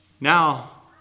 now